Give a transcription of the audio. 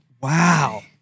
Wow